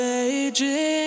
aging